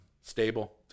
stable